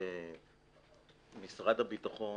משרד הביטחון